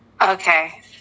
Okay